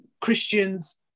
Christians